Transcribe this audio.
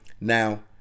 now